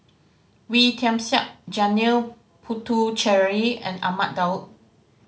Wee Tian Siak Janil Puthucheary and Ahmad Daud